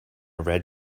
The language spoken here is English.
red